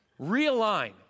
realign